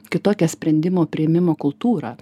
kitokia sprendimo priėmimo kultūra